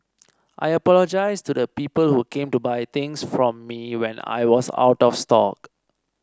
I apologise to the people who came to buy things from me when I was out of stock